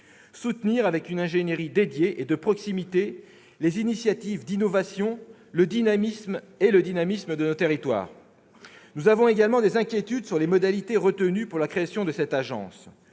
soutenir avec une ingénierie dédiée et de proximité les initiatives, l'innovation et le dynamisme de nos territoires. Nous avons également des inquiétudes sur les modalités retenues pour la création de cette agence.